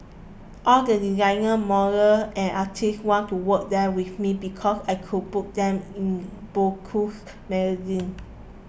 all the designers models and artists wanted to work there with me because I could put them in bowl coos magazine